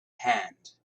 hand